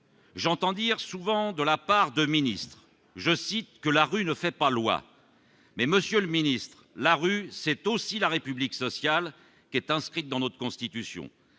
J'entends dire souvent de la part de ministres, je cite, que la rue ne fait pas loi mais Monsieur le Ministre, la rue, c'est aussi la République sociale est inscrite dans notre constitution,